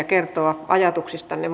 kertoa ajatuksistanne